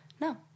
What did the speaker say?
No